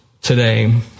today